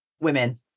women